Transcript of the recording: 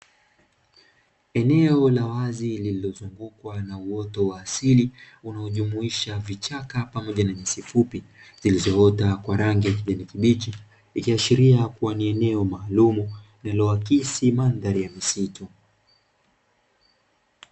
Eneo la wazi lililozungukwa na uoto wa asili unao jumuisha vichaka pamoja na nyasi fupi, zilizoota kwa rangi ya kijani kibichi. Ikiashiria kua ni eneo maalumu linalo akisi mandhari ya misitu.